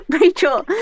Rachel